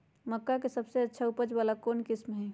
मक्का के सबसे अच्छा उपज वाला कौन किस्म होई?